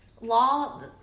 law